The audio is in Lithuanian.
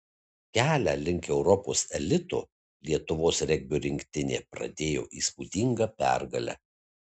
kelią link europos elito lietuvos regbio rinktinė pradėjo įspūdinga pergale